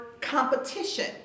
competition